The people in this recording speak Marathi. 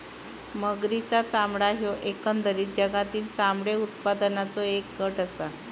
मगरींचा चामडा ह्यो एकंदरीत जगातील चामडे उत्पादनाचों एक गट आसा